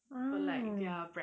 oh